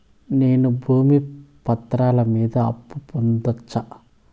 నేను భూమి పత్రాల మీద అప్పు పొందొచ్చా?